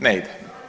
Ne ide.